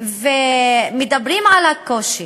ומדברים על הקושי,